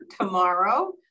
tomorrow